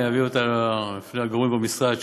אביא אותה בפני הגורמים במשרד,